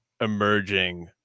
emerging